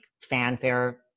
fanfare